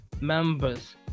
members